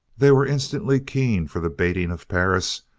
they were instantly keen for the baiting of perris,